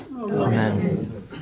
Amen